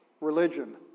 religion